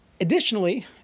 Additionally